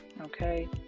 okay